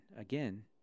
again